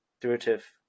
derivative